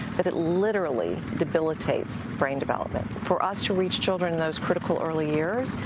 that it literally debilitates brain development. for us to reach children in those critical-early years,